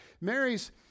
Mary's